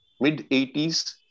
mid-80s